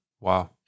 wow